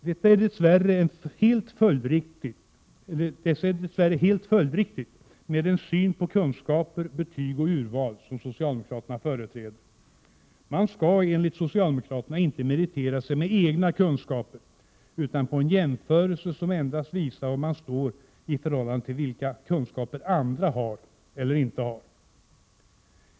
Detta är dess värre helt följdriktigt med den syn på kunskaper, betyg och urval som socialdemokraterna företräder. Man skall, enligt socialdemokraterna, inte meritera sig genom egna kunskaper utan genom att det görs en jämförelse som endast visar var man står i förhållande till de kunskaper andra har eller inte har.